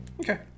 Okay